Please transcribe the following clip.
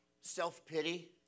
self-pity